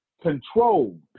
control